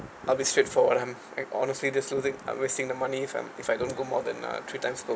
I'll be straightforward I'm I'm honestly this whole thing I'm wasting the money If I'm if I don't go more than uh three times a